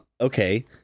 Okay